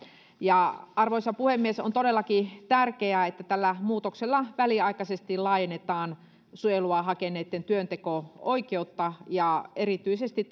arvoisa puhemies on todellakin tärkeää että tällä muutoksella väliaikaisesti laajennetaan suojelua hakeneitten työnteko oikeutta ja erityisesti